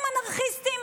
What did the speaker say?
הם אנרכיסטים?